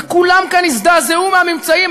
וכולם כאן הזדעזעו מהממצאים,